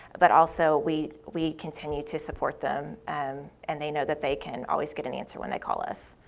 but also, we we continue to support them um and they know that they can always get an answer when they call us.